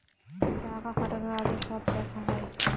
টাকা খাটানোর আগে সব দেখা হয়